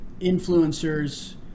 influencers